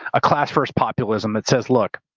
a class first populism that says, look,